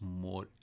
more